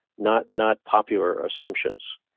not not popular assumptions.